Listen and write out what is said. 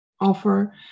offer